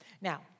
Now